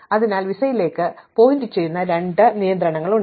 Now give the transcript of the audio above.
അതിനാൽ വിസയിലേക്ക് വിരൽ ചൂണ്ടുന്ന രണ്ട് നിയന്ത്രണങ്ങളുണ്ട്